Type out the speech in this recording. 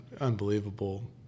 unbelievable